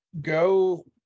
go